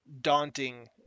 daunting